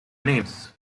names